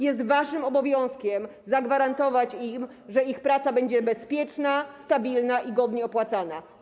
Jest waszym obowiązkiem zagwarantować im, że ich praca będzie bezpieczna, stabilna i godnie opłacana.